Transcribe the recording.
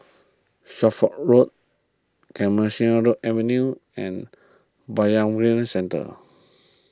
Suffolk Road Clemenceau Avenue and Bayanihan Centre